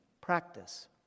practice